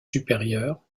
supérieurs